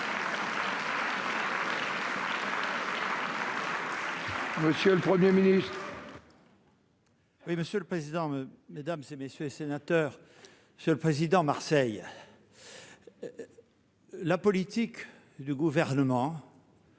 monsieur le Premier ministre,